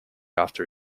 after